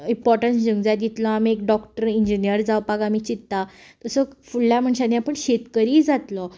importance दिवूंक जाय जितलो आमी एक डॉक्टर इंजिनियर जावपाक आमी चिंत्ता तसो फुडल्या मनशांनी आपूण शेतकरी जातलो